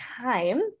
time